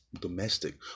domestic